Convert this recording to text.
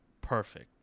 perfect